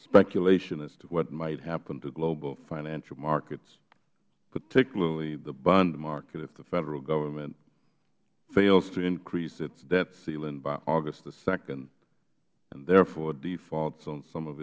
speculation as to what might happen to global financial markets particularly the bond market if the federal government fails to increase its debt ceiling by august the nd and therefore defaults on some of